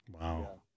wow